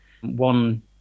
one